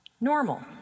normal